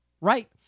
right